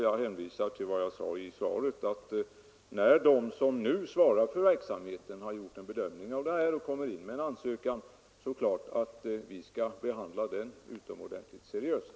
Jag hänvisar till vad jag sade i svaret, nämligen att när de som nu svarar för verksamheten har gjort en bedömning och kommit in med en ansökan, är det klart att vi skall behandla den utomordentligt seriöst.